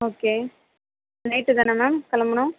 okay night தான ma'am கிளம்பணும்